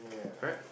correct